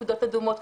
כיתות אדומות,